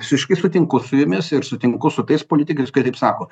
visiškai sutinku su jumis ir sutinku su tais politikais kurie taip sako